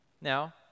Now